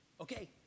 Okay